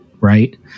Right